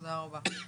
תודה רבה.